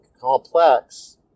complex